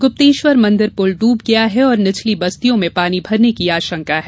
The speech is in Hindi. गुप्तेश्वर मंदिर पुल डूब गया है और निचली बस्तियों में पानी भरने की आशंका है